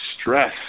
stress